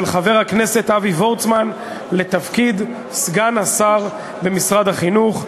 של חבר הכנסת אבי וורצמן לתפקיד סגן השר במשרד החינוך.